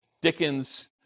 Dickens